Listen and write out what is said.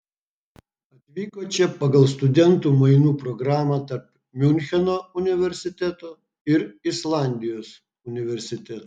atvyko čia pagal studentų mainų programą tarp miuncheno universiteto ir islandijos universiteto